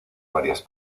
varias